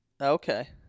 Okay